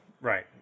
Right